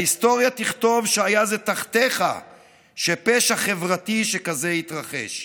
ההיסטוריה תכתוב שהיה זה תחתיך שפשע חברתי שכזה התרחש.